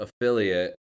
affiliate